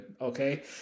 Okay